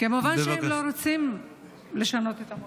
כמובן שהם לא רוצים לשנות את המועד.